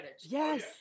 Yes